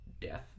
death